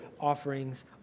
offerings